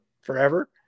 forever